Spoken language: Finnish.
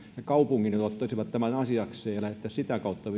ja kaupungit ottaisivat tämän asiakseen ja lähdettäisiin sitä kautta